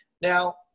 Now